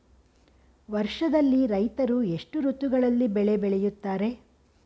ವರ್ಷದಲ್ಲಿ ರೈತರು ಎಷ್ಟು ಋತುಗಳಲ್ಲಿ ಬೆಳೆ ಬೆಳೆಯುತ್ತಾರೆ?